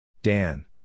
Dan